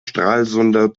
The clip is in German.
stralsunder